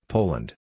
Poland